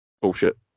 Bullshit